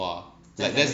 !wah!